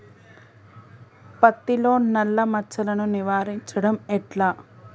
పత్తిలో నల్లా మచ్చలను నివారించడం ఎట్లా?